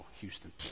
Houston